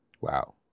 Wow